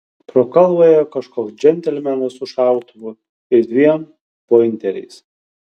pro kalvą ėjo kažkoks džentelmenas su šautuvu ir dviem pointeriais